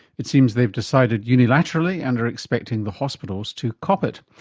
it seems they've decided unilaterally and are expecting the hospitals to cop it.